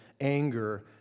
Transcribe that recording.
anger